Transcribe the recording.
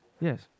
Yes